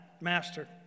Master